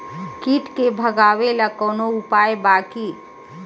कीट के भगावेला कवनो उपाय बा की?